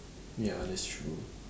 ya that's true